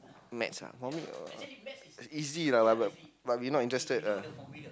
maths ah for me uh easy lah but but we not interested lah